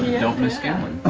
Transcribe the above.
yeah don't miss scanlan.